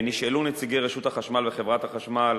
נשאלו נציגי רשות החשמל וחברת החשמל